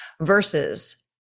versus